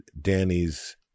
Danny's